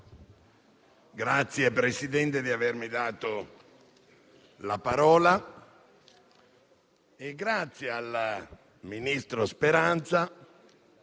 grazie di avermi dato la parola e grazie al ministro Speranza